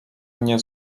mnie